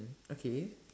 okay